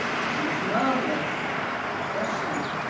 she was marvellous but was she?